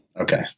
Okay